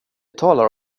talar